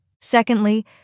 Secondly